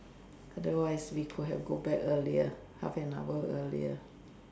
otherwise we could have go back earlier half an hour earlier